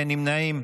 אין נמנעים,